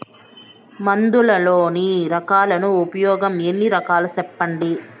మందులలోని రకాలను ఉపయోగం ఎన్ని రకాలు? సెప్పండి?